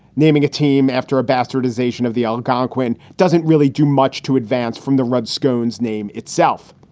naming a team after a bastardization of the algonquin doesn't really do much to advance from the redskins name itself.